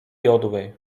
jodły